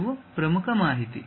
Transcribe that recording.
ಇವು ಪ್ರಮುಖ ಮಾಹಿತಿ